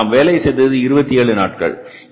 ஆனால் நாம் வேலை செய்தது 27 நாட்கள்